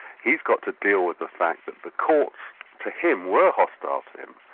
he's got to deal with the fact that the courts to him were hostile to him,